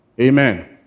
Amen